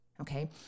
Okay